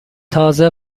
تازه